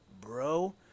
bro